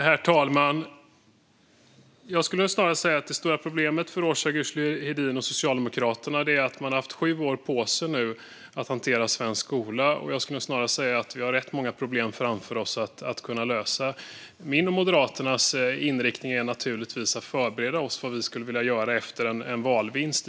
Herr talman! Jag skulle snarare säga att det stora problemet för Roza Güclü Hedin och Socialdemokraterna är att man nu har haft sju år på sig att hantera svensk skola. Vi har rätt många problem framför oss att lösa. Min och Moderaternas inriktning är att förbereda oss för vad vi skulle vilja göra efter en valvinst.